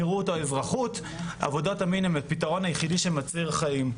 נראות או אזרחות - עבודות המין הן הפיתרון היחידי שמציל חיים.